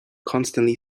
constantly